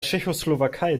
tschechoslowakei